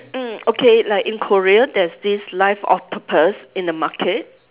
mm okay like in Korea there's this live octopus in the market